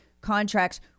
contracts